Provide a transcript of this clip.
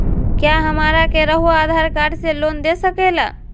क्या हमरा के रहुआ आधार कार्ड से लोन दे सकेला?